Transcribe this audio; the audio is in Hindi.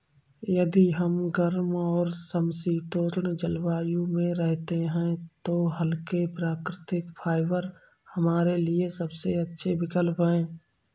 यदि हम गर्म और समशीतोष्ण जलवायु में रहते हैं तो हल्के, प्राकृतिक फाइबर हमारे लिए सबसे अच्छे विकल्प हैं